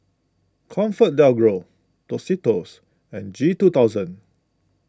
Comfort Del Gro Tostitos and G two thousand